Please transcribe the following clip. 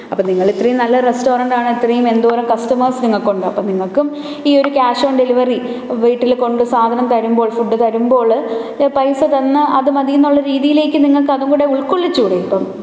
അപ്പോള് നിങ്ങള് ഇത്രയും നല്ല റെസ്റ്റോറൻറ്റാണ് ഇത്രയും എന്തോരം കസ്റ്റമേർസ് നിങ്ങള്ക്കുണ്ട് അപ്പോള് നിങ്ങള്ക്കും ഈയൊരു ക്യാഷ് ഓൺ ഡെലിവറി വീട്ടില് കൊണ്ട് സാധനം തരുമ്പോൾ ഫുഡ് തരുമ്പോള് പൈസ തന്ന് അത് മതി എന്നുള്ള രീതിയിലേക്ക് നിങ്ങള്ക്കതും കൂടെ ഉൾക്കൊള്ളിച്ചുകൂടെ ഇപ്പോള്